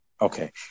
Okay